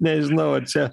nežinau ar čia